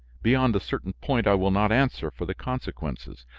beyond a certain point i will not answer for the consequences.